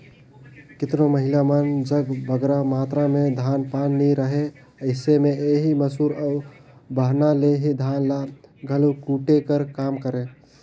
केतनो महिला मन जग बगरा मातरा में धान पान नी रहें अइसे में एही मूसर अउ बहना ले ही धान ल घलो कूटे कर काम करें